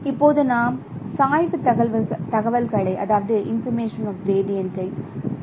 இப்போது நாம் சாய்வு தகவல்களைinformation of gradient